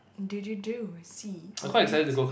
did you do see or eat